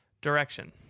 direction